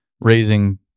Raising